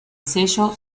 sello